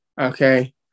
okay